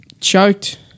Choked